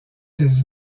ses